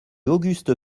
auguste